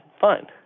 fine